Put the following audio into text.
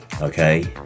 okay